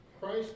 Christ